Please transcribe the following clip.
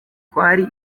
kwari